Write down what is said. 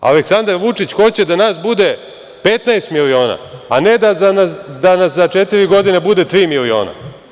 Aleksandra Vučić hoće da nas bude 15 miliona, a ne da nas za četiri godine bude tri miliona.